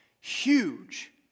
huge